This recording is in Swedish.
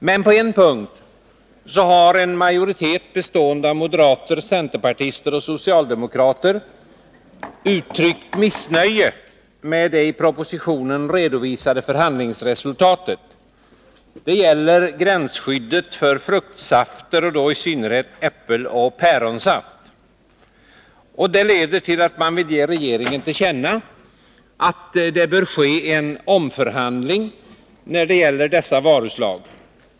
Men på en punkt har en majoritet bestående av moderater, centerpartister och socialdemokrater uttryckt missnöje med det i propositionen redovisade förhandlingsresultatet. Det gäller gränsskyddet för fruktsafter och då i synnerhet äppeloch päronsaft. Det leder till att man vill ge regeringen till känna att det bör ske en omförhandling när det gäller detta varuslag.